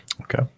Okay